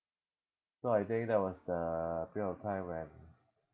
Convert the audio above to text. so I think that was the period of time when